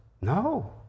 no